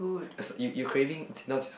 as you you creating